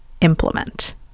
implement